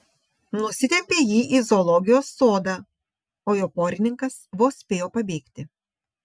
nusitempė jį į zoologijos sodą o jo porininkas vos spėjo pabėgti